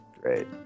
great